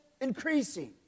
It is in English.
increasing